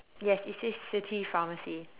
yes it says city pharmacy